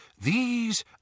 These